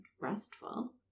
restful